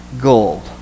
gold